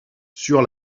sur